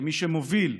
כמי שמוביל,